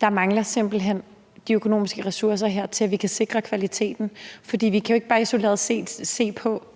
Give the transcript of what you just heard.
at der simpelt hen mangler de økonomiske ressourcer her til, at vi kan sikre kvaliteten, for vi kan jo ikke bare se på